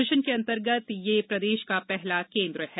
mission के अंतर्गत यह प्रदेश का पहला केन्द्र है